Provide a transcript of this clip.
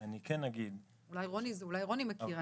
אולי רוני מכיר.